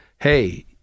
hey